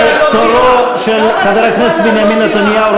זה תורו של חבר הכנסת בנימין נתניהו,